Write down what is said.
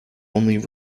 only